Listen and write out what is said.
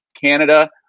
Canada